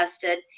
tested